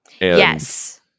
Yes